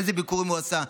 אילו ביקורים הוא עשה,